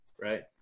right